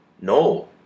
no